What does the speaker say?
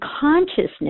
consciousness